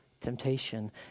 Temptation